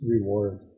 reward